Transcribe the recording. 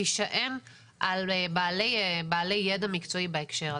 תישען על בעלי ידע מקצועי בהקשר הזה.